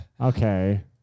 Okay